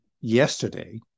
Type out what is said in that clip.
Yesterday